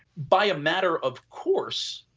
by a matter, of course,